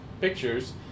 Pictures